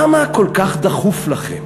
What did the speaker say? למה כל כך דחוף לכם